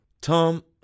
Tom